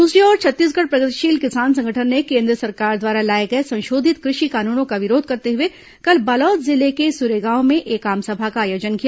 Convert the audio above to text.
दूसरी ओर छत्तीसगढ़ प्रगतिशील किसान संगठन ने केन्द्र सरकार द्वारा लाए गए संशोधित कृषि कानूनों का विरोध करते हुए कल बालोद जिले के सुरेगांव में एक आमसभा का आयोजन किया